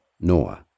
Noah